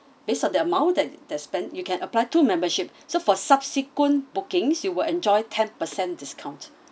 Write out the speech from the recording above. based on the amount that that spend you can apply two memberships so for subsequent bookings you will enjoy ten percent discount